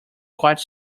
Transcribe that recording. quite